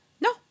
No